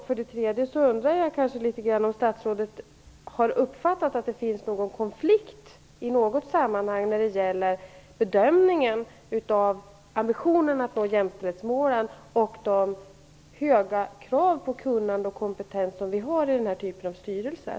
För det tredje undrar jag om statsrådet har uppfattat om det finns någon konflikt i något sammanhang när det gäller ambitionen att nå jämställdhetsmålen och de höga krav på kunnande och kompetens som ställs i den här typen av styrelser.